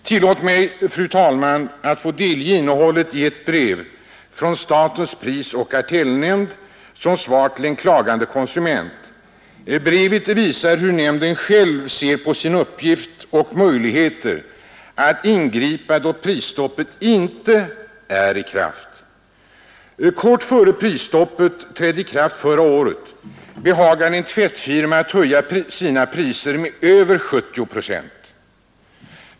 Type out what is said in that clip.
Tillåt mig, fru talman, att få delge kammaren innehållet i ett brev från statens prisoch kartellnämnd, sänt som svar till en klagande konsument. Brevet visar hur nämnden själv ser på sin uppgift och sina möjligheter att ingripa då prisstoppet inte är i kraft. Kort innan prisstoppet trädde i kraft förra året behagade en tvättfirma att höja sina priser med över 70 procent.